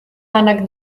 ànec